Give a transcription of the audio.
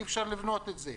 אי אפשר לבנות את זה.